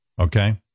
Okay